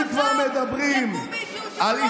אבל מחר יקום מישהו שהוא לא עם המדיניות שלך,